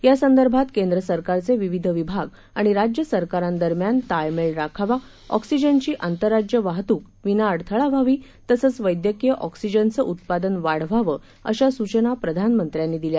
यासंदर्भात केंद्रसरकारचे विविध विभाग आणि राज्य सरकारांदरम्यान ताळमेळ राखावा ऑक्सीजनची आंतरराज्य वाहतूक विना अडथळा व्हावी तसंच वैद्यकीय ऑक्सीजनचं उत्पादन वाढवावं अशा सूचना प्रधानमंत्र्यांनी दिल्या